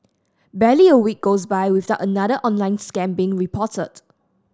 barely a week goes by without another online scam being reported